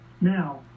Now